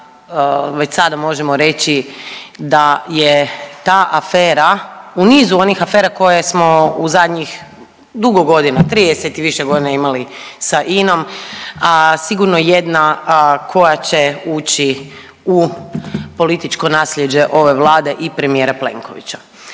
već sada možemo reći da je ta afera u nizu onih afera kojih smo u zadnjih dugo godina, 30 i više godina imali sa INOM, a sigurno jedna koja će ući u političko nasljeđe ove vlade i premijera Plenkovića.